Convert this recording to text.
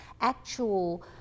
actual